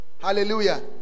Hallelujah